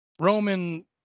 Roman